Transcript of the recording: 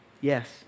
Yes